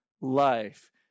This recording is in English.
life